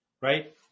right